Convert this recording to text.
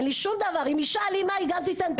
אם אישה אלימה היא גם תיתן את הדין.